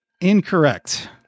Incorrect